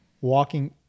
walking